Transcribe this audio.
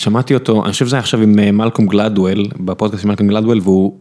שמעתי אותו, אני חושב שזה היה עכשיו עם מלקולם גלדוול, בפודקאסט עם מלקולם גלדוול, והוא...